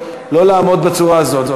לא לעמוד בצורה הזאת.